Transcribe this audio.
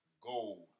gold